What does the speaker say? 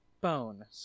Bone